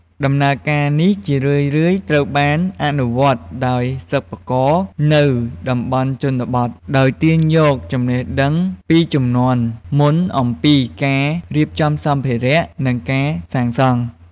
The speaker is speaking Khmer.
ដំណើរការនេះជារឿយៗត្រូវបានអនុវត្តដោយសិប្បករនៅតំបន់ជនបទ ដោយទាញយកចំណេះដឹងពីជំនាន់មុនអំពីការរៀបចំសម្ភារៈ និងការសាងសង់។